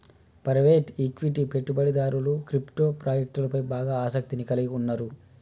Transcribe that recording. private equity పెట్టుబడిదారులు crypto ప్రాజెక్టులపై బాగా ఆసక్తిని కలిగి ఉన్నరు